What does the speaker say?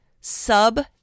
Sub